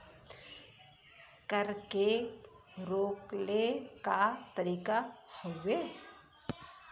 कर के रोकले क तरीका हउवे